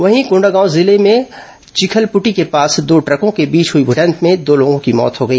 वहीं कोंडागांव जिले में चिखलपुटी के पास दो ट्रकों के बीच हुई भिडंत में दो लोगों की मौत हो गई